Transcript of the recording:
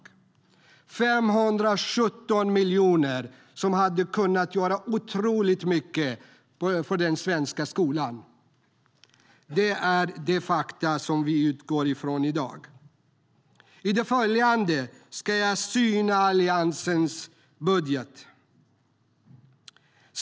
Det är 517 miljoner som hade kunnat göra otroligt mycket för den svenska skolan. Det är de fakta som vi utgår ifrån i dag.I det följande ska jag syna Alliansens budget.